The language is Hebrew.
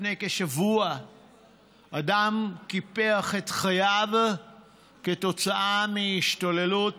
לפני כשבוע אדם קיפח את חייו כתוצאה מהשתוללות